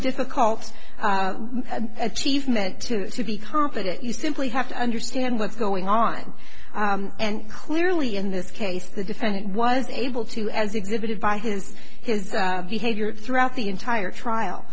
difficult achievement to to be confident you simply have to understand what's going on and clearly in this case the defendant was able to as exhibited by his his behavior throughout the entire trial